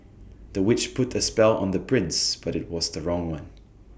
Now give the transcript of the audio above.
the witch put A spell on the prince but IT was the wrong one